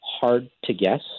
hard-to-guess